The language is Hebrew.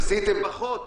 עשיתם --- פחות.